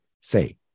say